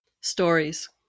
Stories